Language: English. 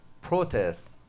protests